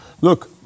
Look